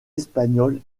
espagnols